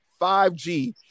5G